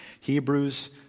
Hebrews